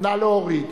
נא להוריד.